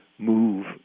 move